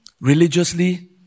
religiously